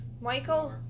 Michael